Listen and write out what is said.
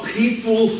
people